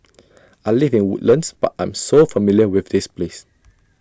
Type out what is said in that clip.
I live in Woodlands but I'm so familiar with this place